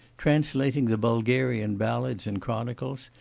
translating the bulgarian ballads and chronicles,